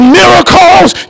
miracles